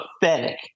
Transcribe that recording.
pathetic